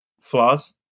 flaws